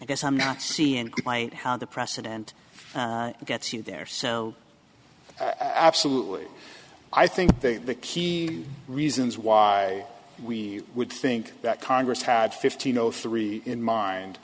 i guess i'm not seeing quite how the precedent gets you there so absolutely i think the key reasons why we would think that congress had fifteen zero three in mind